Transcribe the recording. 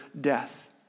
death